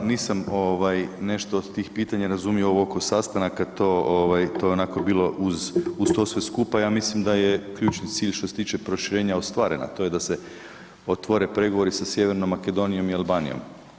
Da, nisam ovaj nešto od tih pitanja razumio ovo oko sastanaka to ovaj, to je onako bilo uz to sve skupa, ja mislim da je ključni cilj što se tiče proširenja ostvaren, a to je da se otvore pregovori sa Sjevernom Makedonijom i Albanijom.